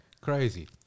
crazy